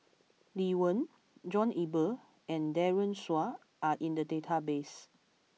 Lee Wen John Eber and Daren Shiau are in the database